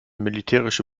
militärische